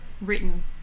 written